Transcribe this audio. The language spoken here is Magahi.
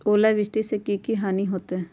ओलावृष्टि से की की हानि होतै?